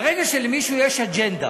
ברגע שלמישהו יש אג'נדה